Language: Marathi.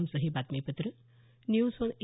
आमचं हे बातमीपत्र न्यूज ऑन ए